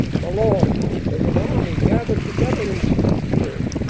my lord, there's an army gathered together in smithfield